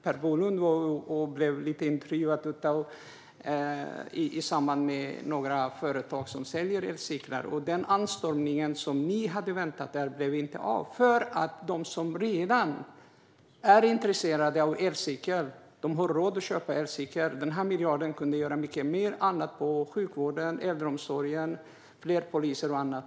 Per Bolund blev intervjuad med några företag som säljer elcyklar, och den anstormning som ni hade väntat er blev inte av för att de som redan är intresserade av elcyklar har råd att köpa en ändå. Den här miljarden skulle kunna göra mycket mer inom sjukvården och inom äldreomsorgen eller gå till fler poliser och annat.